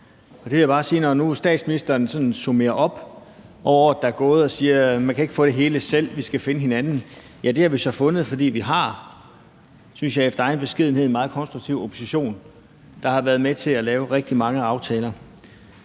til? Når nu statsministeren sådan opsummerer året, der er gået, og siger, at man ikke kan få det hele selv, og at vi skal finde hinanden, vil jeg bare sige, at det har vi så fundet, fordi vi – synes jeg i al beskedenhed – har en meget konstruktiv opposition, der har været med til at lave rigtig mange aftaler.